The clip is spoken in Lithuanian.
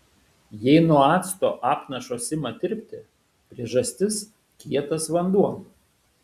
jei nuo acto apnašos ima tirpti priežastis kietas vanduo